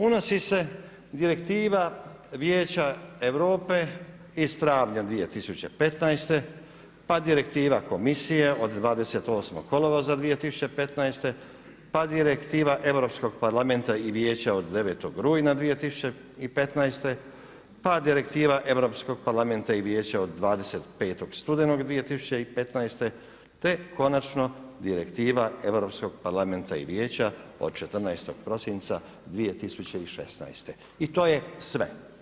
Unosi se Direktiva Vijeća Europe iz travnja 2015., pa Direktiva komisije od 28. kolovoza 2015., pa Direktiva Europskog Parlamenta i Vijeća od 9. rujna 2015., pa Direktiva Europskog parlamenta i Vijeća od 25. studenog od 2015. te konačno Direktiva Europskog parlamenta i vijeća od 14. prosinca 2016. i to je sve.